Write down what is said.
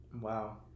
Wow